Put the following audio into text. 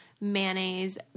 mayonnaise